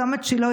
צומת שילה,